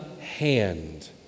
hand